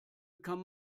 kann